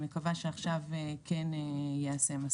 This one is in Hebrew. ואני מקווה שעכשיו כן ייעשה מספיק.